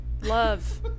Love